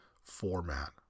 format